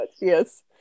Yes